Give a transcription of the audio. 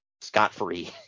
scot-free